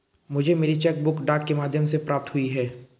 मुझे मेरी cheque book डाक के माध्यम से प्राप्त हुई है